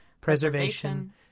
preservation